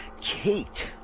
Kate